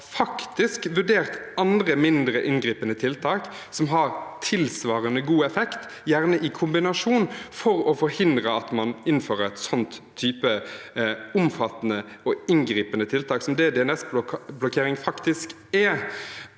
man har vurdert andre mindre inngripende tiltak som har tilsvarende god effekt, gjerne i kombinasjon, for å forhindre at man innfører en sånn type omfattende og inngripende tiltak som det DNSblokkering faktisk er,